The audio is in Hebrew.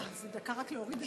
רגע, זה דקה רק להוריד את זה.